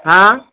हा